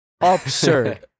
absurd